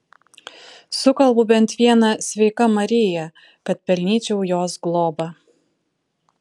sukalbu bent vieną sveika marija kad pelnyčiau jos globą